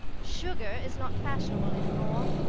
sugar is not fashionable any more.